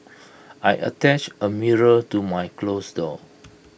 I attached A mirror to my close door